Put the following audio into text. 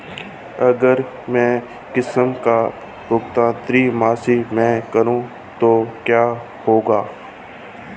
अगर मैं किश्त का भुगतान तिमाही में करूं तो क्या होगा?